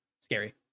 scary